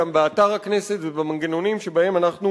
גם באתר הכנסת ובמנגנונים שבהם אנחנו